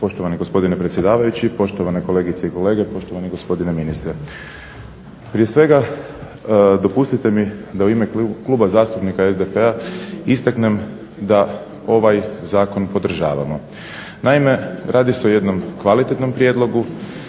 Poštovani gospodine predsjedavajući, poštovane kolegice i kolege, poštovani gospodine ministre. Prije svega dopustite mi da u ime Kluba zastupnika SDP-a istaknem da ovaj zakon podržavamo. Naime radi se o jednom kvalitetnom prijedlogu,